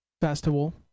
Festival